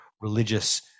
religious